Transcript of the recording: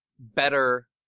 better